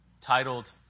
titled